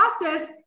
process